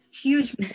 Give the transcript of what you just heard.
huge